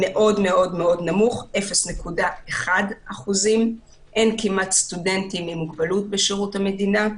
זה מאוד מאוד נמוך 0.1%. אין כמעט סטודנטים עם מוגבלות בשירות המדינה.